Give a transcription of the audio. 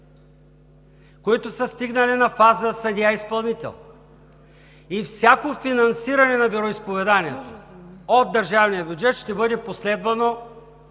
които са стигнали на фаза „съдия изпълнител“. Всяко финансиране на вероизповеданията от държавния бюджет ще бъде последвано